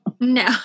No